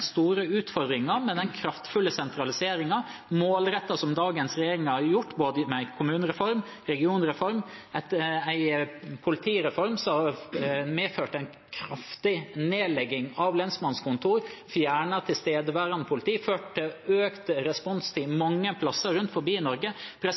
store utfordringen med den kraftfulle sentraliseringen, målrettet, som dagens regjering har gjort, både kommunereform og regionreform – og en politireform som medførte en kraftig nedlegging av lensmannskontorer, fjernet tilstedeværende politi og førte til økt responstid mange steder rundt omkring i Norge. Det fører til